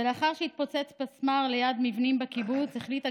ולאחר שהתפוצץ פצמ"ר ליד מבנים בקיבוץ החליטה